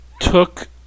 took